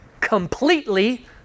completely